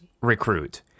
recruit